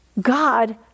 God